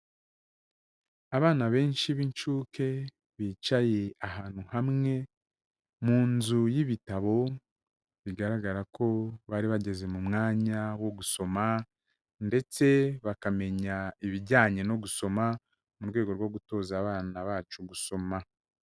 Abana benshi b'incuke bicaye ahantu hamwe, mu nzu y'ibitabo bigaragara ko bari bageze mu mwanya wo gusoma ndetse bakamenya ibijyanye no gusoma mu rwego rwo gutoza abana bacu gusoma.